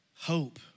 Hope